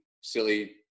silly